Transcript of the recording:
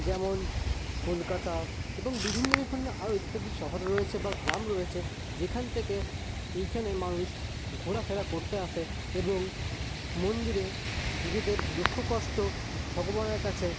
যেমন কলকাতা এবং বিভিন্ন বিভিন্ন আরও ইত্যাদি শহর রয়েছে বা গ্রাম রয়েছে যেখান থেকে এইখানে মানুষ ঘোরা ফেরা করতে আসে এবং মন্দিরে নিজেদের দুঃখ কষ্ট ভগবানের কাছে